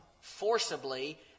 forcibly